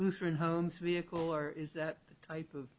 lutheran home vehicle or is that type of